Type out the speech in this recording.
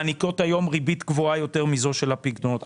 הן מעניקות היום ריבית גבוהה יותר מזו של הפיקדונות.